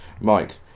Mike